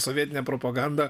sovietinė propaganda